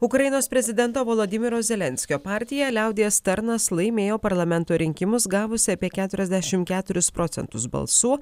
ukrainos prezidento volodymyro zelenskio partija liaudies tarnas laimėjo parlamento rinkimus gavusi apie keturiasdešim keturis procentus balsų